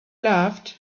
loved